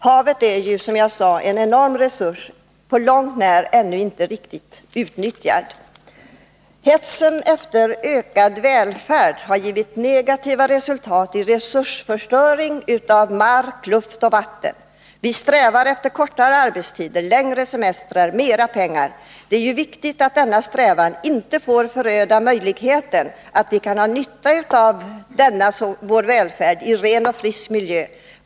Havet är, som jag sade, en enorm resurs, ännu inte på långt när riktigt utnyttjad. Hetsen efter ökad välfärd har givit negativa resultat i resursförstörning av mark, luft och vatten. Vi strävar efter kortare arbetstider, längre semestrar och mera pengar. Det är viktigt att denna strävan inte får föröda möjligheten för oss att ha nytta av denna vår välfärd i ren och frisk miljö.